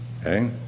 Okay